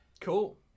Cool